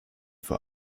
vor